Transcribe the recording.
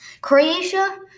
Croatia